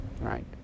right